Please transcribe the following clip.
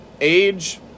age